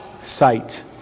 Sight